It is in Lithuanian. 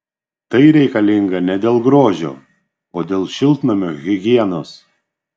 tai reikalinga ne dėl grožio o dėl šiltnamio higienos